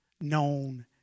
known